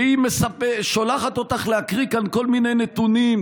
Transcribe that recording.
שהיא שולחת אותך להקריא כאן כל מיני נתונים,